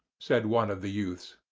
said one of the youths.